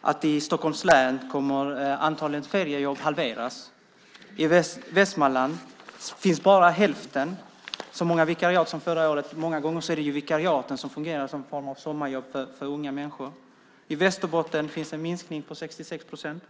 att i Stockholms län kommer antalet feriejobb att halveras. I Västmanland finns bara hälften så många vikariat som förra året. Många gånger är det ju vikariaten som fungerar som någon form av sommarjobb för unga människor. I Västerbotten är det en minskning med 66 procent.